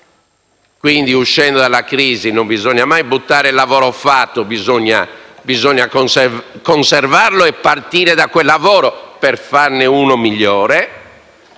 e, uscendo dalla crisi, non bisogna mai buttare il lavoro fatto, ma occorre conservarlo e partire da quello, per farne uno migliore;